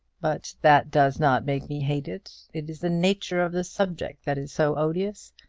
but that does not make me hate it. it is the nature of the subject that is so odious.